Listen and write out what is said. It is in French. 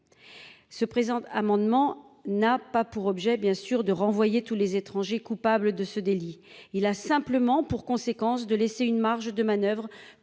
Se présente amendement n'a pas pour objet bien sûr de renvoyer tous les étrangers coupables de ce délit. Il a simplement pour conséquence de laisser une marge de manoeuvre